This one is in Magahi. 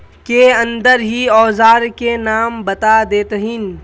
के अंदर ही औजार के नाम बता देतहिन?